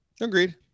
Agreed